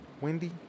Wendy